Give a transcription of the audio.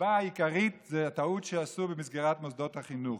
והסיבה העיקרית היא הטעות שעשו בסגירת מוסדות החינוך.